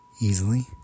easily